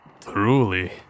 Truly